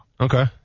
Okay